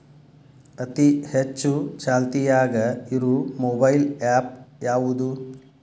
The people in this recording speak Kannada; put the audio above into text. ಅತಿ ಹೆಚ್ಚ ಚಾಲ್ತಿಯಾಗ ಇರು ಮೊಬೈಲ್ ಆ್ಯಪ್ ಯಾವುದು?